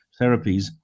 therapies